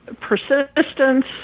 persistence